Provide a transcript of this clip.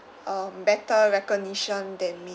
um better recognition than me